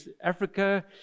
Africa